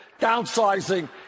downsizing